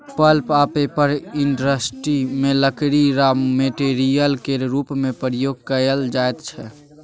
pulp आ paper industry मे लकड़ी राँ मेटेरियल केर रुप मे प्रयोग कएल जाइत छै